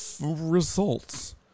results